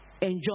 enjoy